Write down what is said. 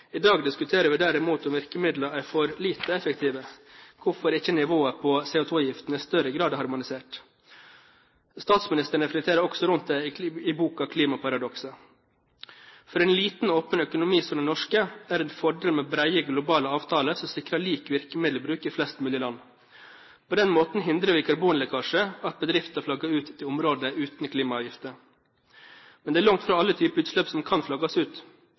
I dag diskuterer vi derimot om virkemidlene er for lite effektive, hvorfor ikke nivået på CO2-avgiftene i større grad er harmonisert. Statsministeren reflekterer også rundt det i boken Klimaparadokset. For en liten, åpen økonomi som den norske er det en fordel med brede globale avtaler som sikrer lik virkemiddelbruk i flest mulig land. På den måten hindrer vi karbonlekkasje, at bedrifter flagger ut til områder uten klimaavgifter. Men det er langt fra alle typer utslipp som kan flagges ut.